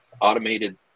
automated